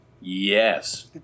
Yes